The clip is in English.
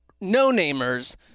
no-namers